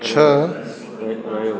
छह